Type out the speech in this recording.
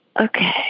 Okay